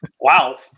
Wow